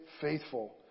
faithful